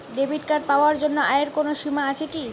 Debit card পাওয়ার জন্য আয়ের কোনো সীমা আছে কি?